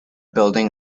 building